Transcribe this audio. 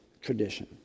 tradition